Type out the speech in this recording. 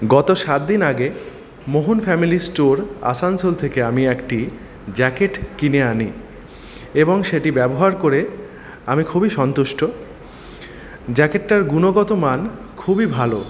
গত সাতদিন আগে মোহন ফ্যামিলি স্টোর আসানসোল থেকে আমি একটি জ্যাকেট কিনে আনি এবং সেটি ব্যবহার করে আমি খুবই সন্তুষ্ট জ্যাকেটটার গুণগত মান খুবই ভালো